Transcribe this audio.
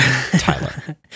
Tyler